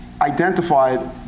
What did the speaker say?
identified